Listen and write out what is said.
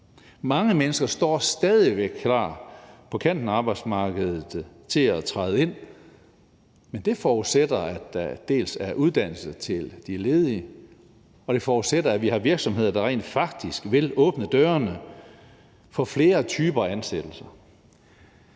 Mange mennesker står stadig væk klar på kanten af arbejdsmarkedet til at træde ind, men det forudsætter, at der er uddannelse til de ledige, og det forudsætter, at vi har virksomheder, der rent faktisk vil åbne dørene for flere typer ansættelser.